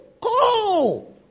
go